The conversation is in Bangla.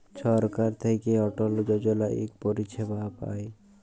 ছরকার থ্যাইকে অটল যজলা ইক পরিছেবা পায়